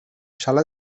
sala